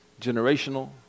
generational